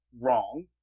wrong